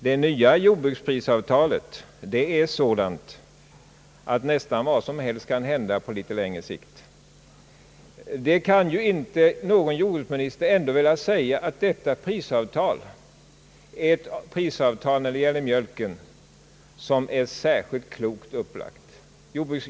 Det nya jordbruksprisavtalet är sådant att nästan vad som helst kan hända på litet längre sikt. Ingen jordbruksminister kan väl ändå vilja göra gällande att detta prisavtal när det gäller mjölken är särskilt klokt upplagt.